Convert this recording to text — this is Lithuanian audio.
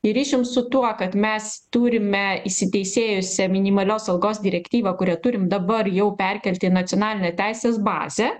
ir rišim su tuo kad mes turime įsiteisėjusią minimalios algos direktyvą kurią turim dabar jau perkelti į nacionalinę teisės bazę